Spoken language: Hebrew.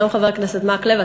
גם חבר הכנסת מקלב,